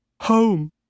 home